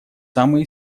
самые